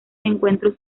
encuentros